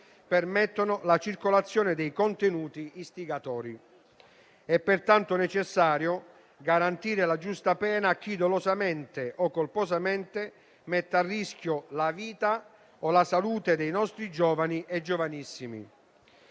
permettono la circolazione dei contenuti istigatori. È pertanto necessario garantire la giusta pena a chi dolosamente o colposamente mette a rischio la vita o la salute dei nostri giovani e giovanissimi.